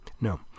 No